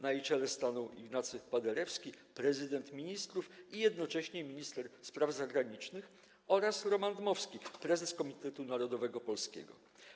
Na jej czele stanął Ignacy Paderewski - Prezydent Ministrów i jednocześnie Minister Spraw Zagranicznych oraz Roman Dmowski - prezes Komitetu Narodowego Polskiego.